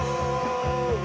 oh